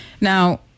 Now